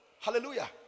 Hallelujah